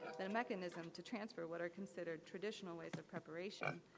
the mechanism to transfer what are considered traditional ways of preparation,